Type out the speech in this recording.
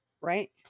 Right